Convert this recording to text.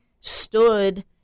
stood